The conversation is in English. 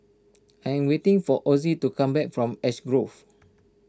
I'm waiting for Ozzie to come back from Ash Grove